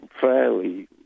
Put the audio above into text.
fairly